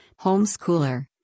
homeschooler